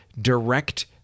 direct